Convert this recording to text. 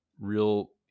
real